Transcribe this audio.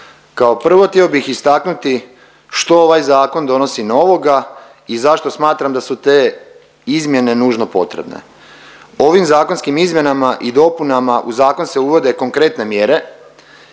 Kao prvo htio bih istaknuti što ovaj zakon donosi novoga i zašto smatram da su te izmjene nužno potrebne. Ovim zakonskim izmjenama i dopunama u zakon se uvode konkretne mjere